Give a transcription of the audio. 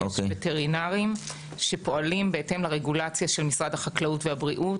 יש וטרינרים שפועלים בהתאם לרגולציה של משרד החקלאות והבריאות.